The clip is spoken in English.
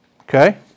Okay